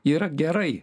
yra gerai